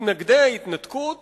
מתנגדי ההתנתקות